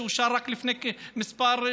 שאושר רק לפני כמה שבועות,